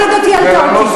בוא תעמיד אותי על טעותי.